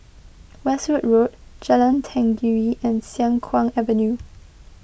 Westwood Road Jalan Tenggiri and Siang Kuang Avenue